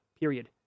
period